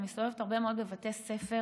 ואני מסתובבת הרבה מאוד בבתי ספר,